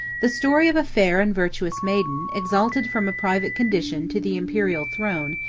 the story of a fair and virtuous maiden, exalted from a private condition to the imperial throne,